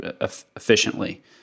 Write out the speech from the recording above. efficiently